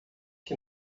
que